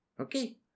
Okay